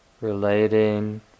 relating